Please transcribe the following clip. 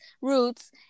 roots